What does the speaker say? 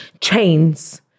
chains